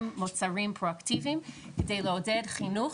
מוצרים פרואקטיביים כדי לעודד חינוך,